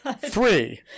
Three